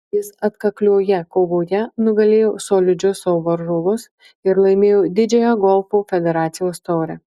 jis atkaklioje kovoje nugalėjo solidžius savo varžovus ir laimėjo didžiąją golfo federacijos taurę